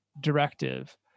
directive